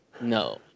No